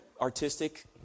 artistic